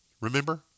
remember